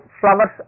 flowers